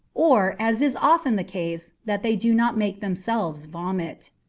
or, as is often the case, that they do not make themselves vomit.